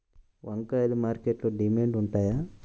వంకాయలు మార్కెట్లో డిమాండ్ ఉంటాయా?